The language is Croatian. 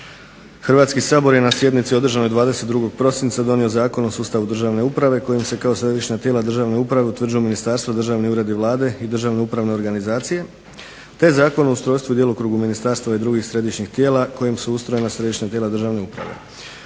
Hrvatski sabor je na sjednici održanoj 22. prosinca donio Zakon o sustavu državne uprave kojim se kao središnja tijela državne uprave utvrđuje ministarstvo, državni ured i vlade i državne upravne organizacije, te Zakon o ustrojstvu i djelokrugu ministarstava i drugih središnjih tijela kojim su ustrojena središnja tijela državne uprave.